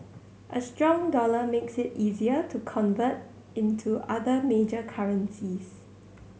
a strong dollar makes it easier to convert into other major currencies